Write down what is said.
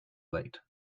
late